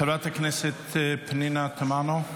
חברת הכנסת פנינה תמנו,